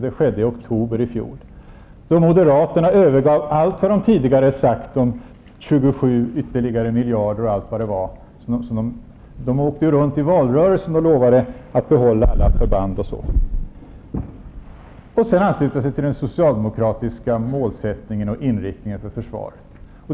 Det skedde i oktober i fjol, då moderaterna övergav allt vad de tidigare sagt om 27 ytterligare miljarder m.m. De åkte runt i valrörelsen och lovade att behålla alla förband, och sedan anslöt de sig till den socialdemokratiska målsättningen och inriktningen för försvaret.